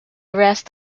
rest